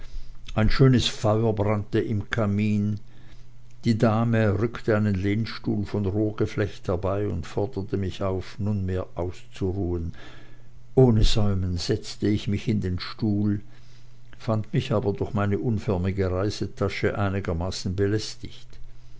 ein schönes feuer brannte im kamin die dame rückte einen lehnstuhl von rohrgeflecht herbei und forderte mich auf nunmehr auszuruhen ohne säumen setzte ich mich in den stuhl fand mich aber durch meine unförmige reisetasche einigermaßen belästigt